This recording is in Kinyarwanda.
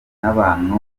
n’abantu